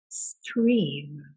Stream